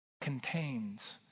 contains